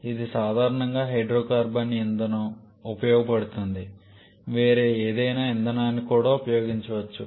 ఇది సాధారణంగా హైడ్రోకార్బన్ ఇంధనం ఉపయోగపడుతుంది వేరే ఏదైనా ఇంధనాన్ని కూడా ఉపయోగించవచ్చు